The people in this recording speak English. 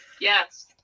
yes